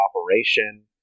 operation